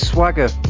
Swagger